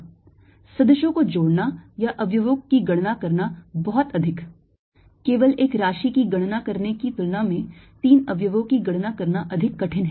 सदिशो को जोड़ना या अवयवों की गणना करना बहुत अधिक केवल एक राशि की गणना करने की तुलना में तीन अवयवों की गणना करना अधिक कठिन है